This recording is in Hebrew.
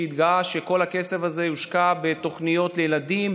שהתגאה שכל הכסף הזה יושקע בתוכניות לילדים,